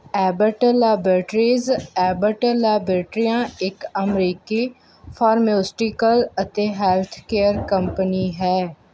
Abbott laboratories Abbott ਲੈਬਾਰਟਰੀਆਂ ਇੱਕ ਅਮਰੀਕੀ ਫਾਰਮਾਸਿਊਟੀਕਲ ਅਤੇ ਹੈਲਥ ਕੇਅਰ ਕੰਪਨੀ ਹੈ